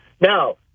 Now